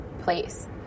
place